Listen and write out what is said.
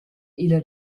illa